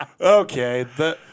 Okay